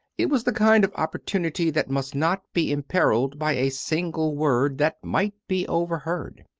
it was the kind of opportunity that must not be imperilled by a single word that might be overheard.